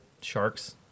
Sharks